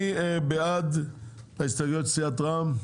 מי בעד ההסתייגויות של סיעת רע"מ?